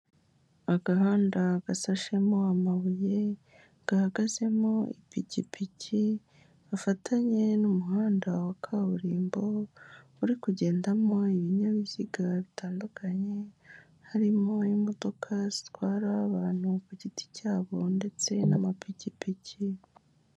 Agahanda gasashemo amabuye gahagazemo ipikipiki afatanye n'umuhanda wa kaburimbo uri kugendamo ibinyabiziga bitandukanye, harimo imodoka zitwara abantu ku giti cyabo ndetse n'amapikipiki.